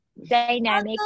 dynamic